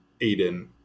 aiden